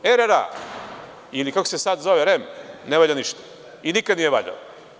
Dakle, RRA ili kako se sad zove REM ne valja ništa i nikad nije valjao.